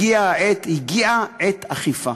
הגיעה עת אכיפה.